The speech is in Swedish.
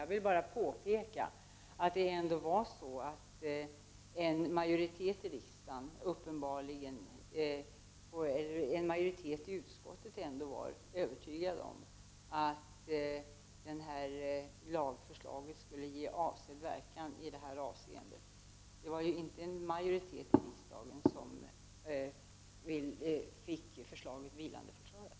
Jag vill bara påpeka att det ändå var så att en majoritet i utskottet uppenbarligen var övertygad om att lagförslaget skulle ge avsedd verkan. Det var ju inte en majoritet i riksdagen som fick förslaget vilandeförklarat.